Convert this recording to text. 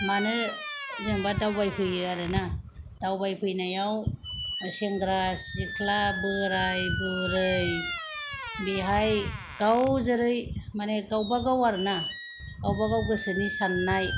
मानो जेन'बा दावबाय फैयो आरो ना दावबाय फैनायाव सेंग्रा सिख्ला बोराय बुरै बेहाय गाव जेरै मानि गावबा गाव आरो ना गावबा गाव गोसोनि सान्नाय